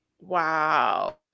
Wow